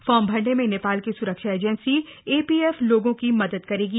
farm भरन में नप्राल की सुरक्षा एजेंसी एपीएफ लोगों की मदद करशी